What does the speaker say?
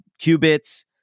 qubits